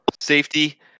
safety